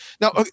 now